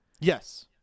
Yes